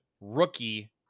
rookie